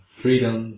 freedom